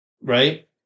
right